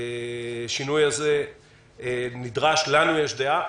השינוי הזה נדרש, לנו יש דעה.